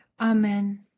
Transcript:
Amen